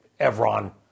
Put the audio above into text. Evron